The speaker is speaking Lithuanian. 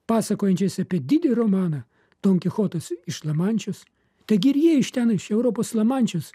pasakojančiais apie didį romaną don kichotas iš lamančios taigi ir jie iš ten iš europos lamančios